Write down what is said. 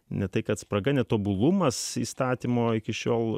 ne tai kad spraga netobulumas įstatymo iki šiol